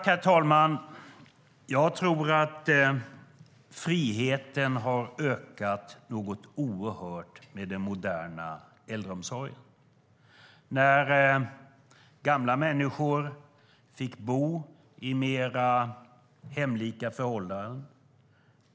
Herr talman! Jag tror att friheten ökade något oerhört när den moderna äldreomsorgen infördes. Gamla människor fick bo under mer hemlika förhållanden.